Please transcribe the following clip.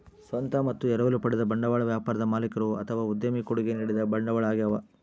ಸ್ವಂತ ಮತ್ತು ಎರವಲು ಪಡೆದ ಬಂಡವಾಳ ವ್ಯಾಪಾರದ ಮಾಲೀಕರು ಅಥವಾ ಉದ್ಯಮಿ ಕೊಡುಗೆ ನೀಡಿದ ಬಂಡವಾಳ ಆಗ್ಯವ